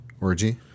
Orgy